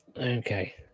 Okay